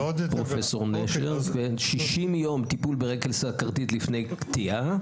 60 יום טיפול ברגל סוכרתית לפני קטיעה.